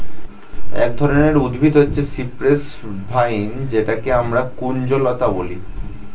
এক ধরনের উদ্ভিদ হচ্ছে সিপ্রেস ভাইন যেটাকে আমরা কুঞ্জলতা বলি